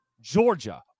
Georgia